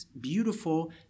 beautiful